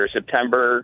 September